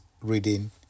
reading